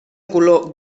color